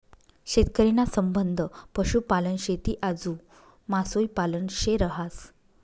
शेतकरी ना संबंध पशुपालन, शेती आजू मासोई पालन शे रहास